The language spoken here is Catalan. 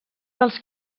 dels